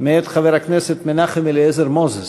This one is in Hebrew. מאת חבר הכנסת מנחם אליעזר מוזס,